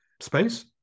space